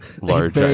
large